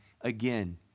again